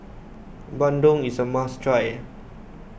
Bandung is a must try